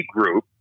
Group